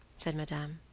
said madame.